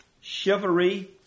Chivalry